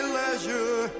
leisure